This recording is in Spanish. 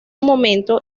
momento